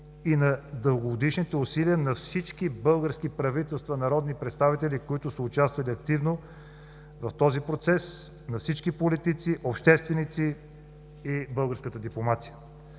и на дългогодишните усилия на всички български правителства, народни представители, които са участвали активно в този процес, на всички политици, общественици и българската дипломация.